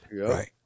Right